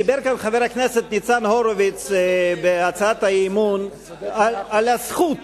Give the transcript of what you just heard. דיבר כאן חבר הכנסת ניצן הורוביץ בהצעת האי-אמון על הזכות